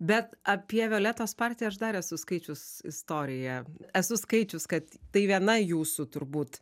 bet apie violetos partiją aš dar esu skaičius istoriją esu skaičius kad tai viena jūsų turbūt